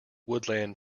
woodland